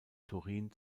turin